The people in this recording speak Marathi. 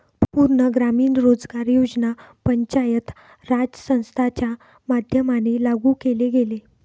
पूर्ण ग्रामीण रोजगार योजना पंचायत राज संस्थांच्या माध्यमाने लागू केले गेले